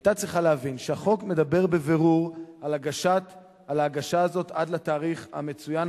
היתה צריכה להבין שהחוק מדבר בבירור על ההגשה הזאת עד לתאריך המצוין,